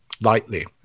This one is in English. lightly